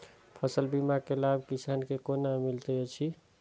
फसल बीमा के लाभ किसान के कोना मिलेत अछि?